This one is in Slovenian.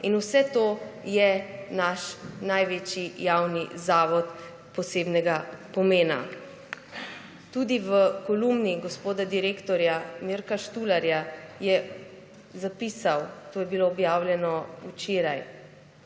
In vse to je naš največji javni zavod posebnega pomena. Tudi v kolumni gospoda direktorja Mirka Štularja je zapisano, to je bilo objavljeno včeraj,